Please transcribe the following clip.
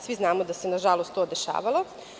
Svi znamo da se, nažalost, to dešavalo.